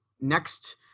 next